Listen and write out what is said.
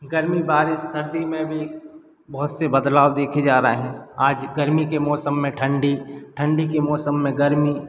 गर्मी बारिश सर्दी में भी बहुत से बदलाव देखे जा रहे हैं आज गर्मी के मौसम में ठंडी ठंडी के मौसम में गर्मी